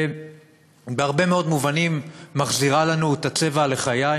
ובהרבה מאוד מובנים מחזירה לנו את הצבע ללחיים,